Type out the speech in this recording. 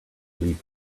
leave